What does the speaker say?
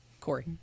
Corey